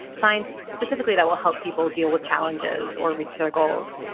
science specifically that will help people deal with challenges or reach their goals.